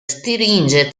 stringe